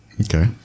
okay